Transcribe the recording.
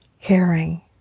caring